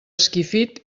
esquifit